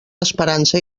esperança